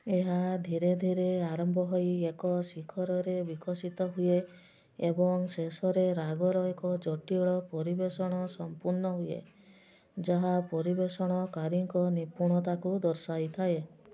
ଏହା ଧୀରେ ଧୀରେ ଆରମ୍ଭ ହୋଇ ଏକ ଶିଖରରେ ବିକଶିତ ହୁଏ ଏବଂ ଶେଷରେ ରାଗର ଏକ ଜଟିଳ ପରିବେଷଣ ସମ୍ପୂର୍ଣ୍ଣ ହୁଏ ଯାହା ପରିବେଷଣକାରୀଙ୍କ ନିପୁଣତାକୁ ଦର୍ଶାଇଥାଏ